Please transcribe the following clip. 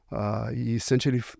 essentially